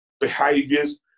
behaviors